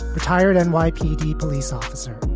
retired and nypd police officer.